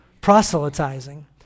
Proselytizing